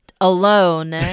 alone